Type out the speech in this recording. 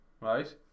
right